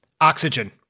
Oxygen